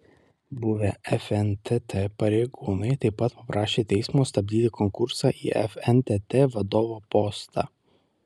buvę fntt pareigūnai taip pat paprašė teismo stabdyti konkursą į fntt vadovo postą